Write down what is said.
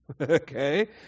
Okay